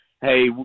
hey